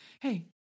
Hey